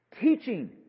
Teaching